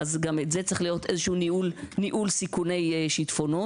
גם לזה צריך להיות ניהול סיכוני שיטפונות.